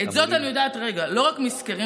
את זאת אני יודעת לא רק מסקרים,